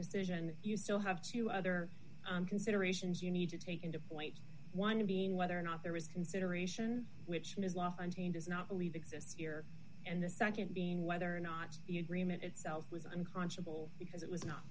decision you still have two other considerations you need to take into points one being whether or not there is consideration which one is well on team does not believe exists here and the nd being whether or not you dream in itself was unconscionable because it was not